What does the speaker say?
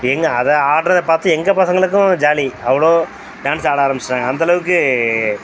எங்கள் அதை ஆடுறத பார்த்து எங்கள் பசங்களுக்கும் ஜாலி அவ்வளோ டேன்ஸ் ஆட ஆரமிச்சுட்டாங்க அந்த அளவுக்கு